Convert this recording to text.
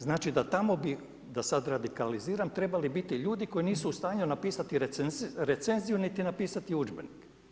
Znači da tamo bi, da sada radikaliziram trebali biti ljudi koji nisu u stanju napisati recenziju niti napisati udžbenik.